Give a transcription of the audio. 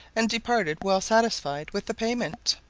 and departed well satisfied with the payment.